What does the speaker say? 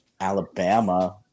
Alabama